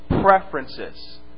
Preferences